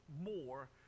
more